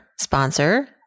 sponsor